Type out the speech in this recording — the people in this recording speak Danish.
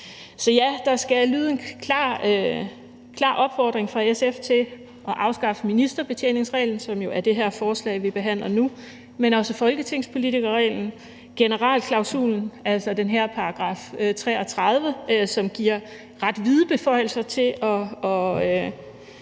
Så ja, der skal lyde en klar opfordring fra SF til at afskaffe ministerbetjeningsreglen, som det forslag, vi behandler nu, går ud på, men også folketingspolitikerreglen og generalklausulen, altså den her § 33, som giver ret vide beføjelser til at